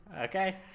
Okay